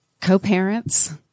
co-parents